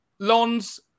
Lons